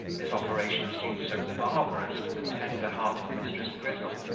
this operation seemed so barbarous to the tender-hearted mrs. grizzle,